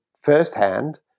firsthand